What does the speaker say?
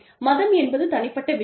மதம் என்பது தனிப்பட்ட விஷயம்